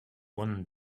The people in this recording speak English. one